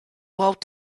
out